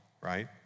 right